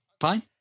fine